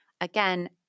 again